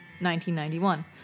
1991